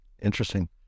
Interesting